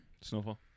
Snowfall